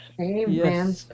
Amen